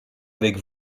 avec